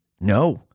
No